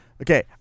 okay